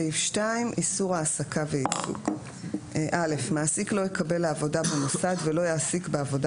איסור העסקה ועיסוק מעסיק לא יקבל לעבודה במוסד ולא יעסיק בעבודה